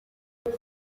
uko